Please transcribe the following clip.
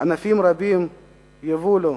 ענפים רבים ייבולו,